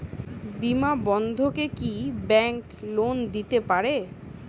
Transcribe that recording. বিনা বন্ধকে কি bank loan দিতে পারে?